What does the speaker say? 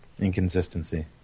Inconsistency